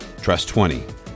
Trust20